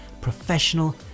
professional